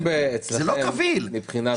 אם רוצים,